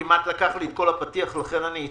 הוא לקח לי כמעט את כל הפתיח ולכן אצטמצם.